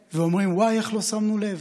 ואומרים: וואי, איך לא שמנו לב,